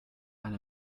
and